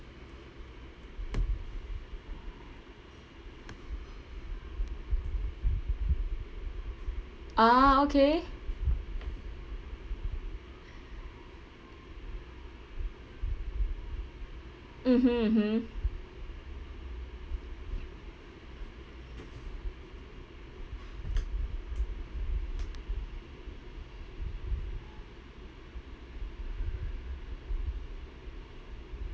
ah okay mmhmm mmhmm